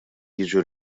jiġu